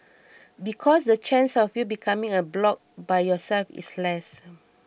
because the chance of you becoming a bloc by yourself is less